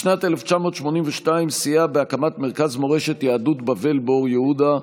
משנת 1982 סייע בהקמת מרכז מורשת יהדות בבל באור יהודה,